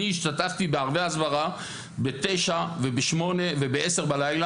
אני השתתפתי בערבי הסברה ב-21:00 וב-20:00 וב-22:00.